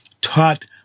taught